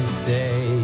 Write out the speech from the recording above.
stay